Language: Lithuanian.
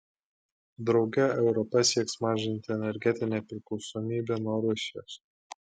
drauge europa sieks mažinti energetinę priklausomybę nuo rusijos